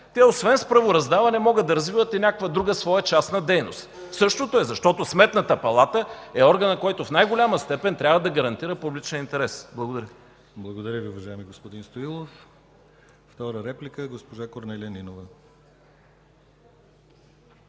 освен с правораздаване могат да развиват и някаква друга своя частна дейност. Същото е, защото Сметната палата е органът, който в най-голяма степен трябва да гарантира публичния интерес. Благодаря. ПРЕДСЕДАТЕЛ ДИМИТЪР ГЛАВЧЕВ: Благодаря, уважаеми господин Стоилов. Втора реплика – госпожа Корнелия Нинова.